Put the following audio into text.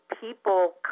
people